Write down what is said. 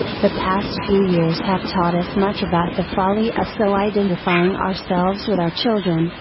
the past few years have taught us much about the folly of so identifying ourselves with our children,